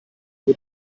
mit